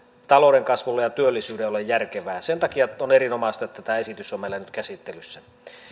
talouden kasvulle ja työllisyydelle ole järkevää sen takia on erinomaista että tämä esitys on meillä nyt käsittelyssä